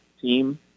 team